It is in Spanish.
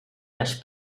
las